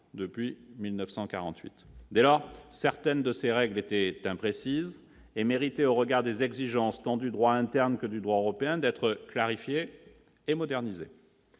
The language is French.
depuis 1948. Dès lors, certaines de ces règles étaient imprécises et méritaient, au regard des exigences tant du droit interne que du droit européen, d'être clarifiées et modernisées.